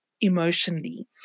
Emotionally